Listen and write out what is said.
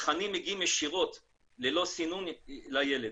תכנים מגיעים ישירות ללא סינון לילד,